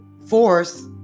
force